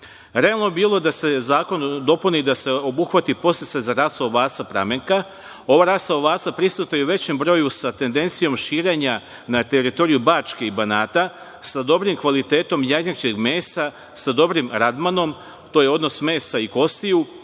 Realno bi bilo da se zakon dopuni da se obuhvati podsticaj za rasu ovaca „Pramenka“. Ova rasa ovaca prisutna je u većem broju, sa tendencijom širenja na teritoriju Bačke i Banata, sa dobrim kvalitetom jagnjećeg mesa, sa dobrim radmanom, to je odnos mesa i kostiju,